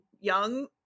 young